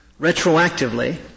retroactively